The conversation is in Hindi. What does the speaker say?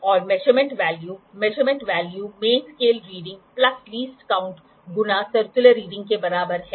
और measurement value measured value main scale reading plus least count गुना सर्कुलर रीडिंग के बराबर है